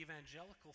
evangelical